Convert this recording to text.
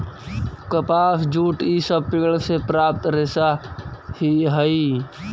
कपास, जूट इ सब पेड़ से प्राप्त रेशा ही हई